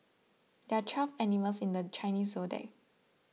there are twelve animals in the Chinese zodiac